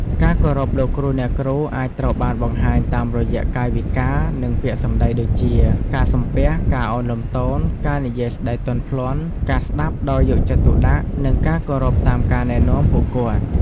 ការគោរពលោកគ្រូ អ្នកគ្រូ អាចត្រូវបានបង្ហាញតាមរយៈកាយវិការ និងពាក្យសម្ដីដូចជា ការសំពះ ការឱនលំទោន ការនិយាយស្តីទន់ភ្លន់ ការស្ដាប់ដោយយកចិត្តទុកដាក់ និងការគោរពតាមការណែនាំពួកគាត់។